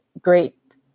great